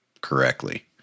correctly